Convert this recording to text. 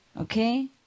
Okay